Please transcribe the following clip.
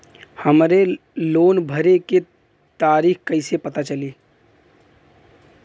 हमरे लोन भरे के तारीख कईसे पता चली?